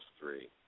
Three